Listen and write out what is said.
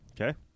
Okay